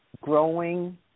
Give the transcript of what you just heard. growing